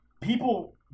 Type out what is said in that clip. People